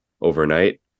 overnight